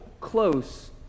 close